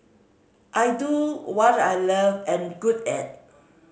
I do what I love and good at